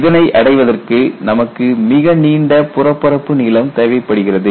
இதனை அடைவதற்கு நமக்கு மிக நீண்ட புறப்பரப்பு நீளம் தேவைப்படுகிறது